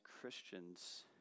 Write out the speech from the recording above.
Christians